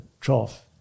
trough